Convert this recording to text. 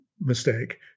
mistake